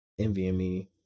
NVMe